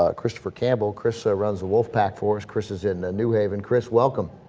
ah christopher campbell chris arose wolfpack forced chris is in the new haven chris welcome